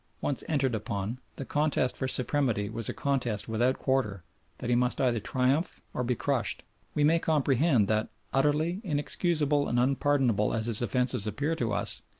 once entered upon, the contest for supremacy was a contest without quarter that he must either triumph or be crushed we may comprehend that, utterly inexcusable and unpardonable as his offences appear to us,